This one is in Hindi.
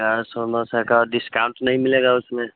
चार सोलह सै का डिस्काउन्ट नहीं मिलेगा उसमें